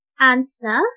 Answer